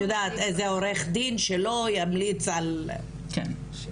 איזה עורך דין שלו ימליץ על --- כן,